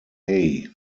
dimensional